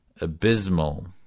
abysmal